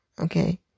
Okay